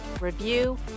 review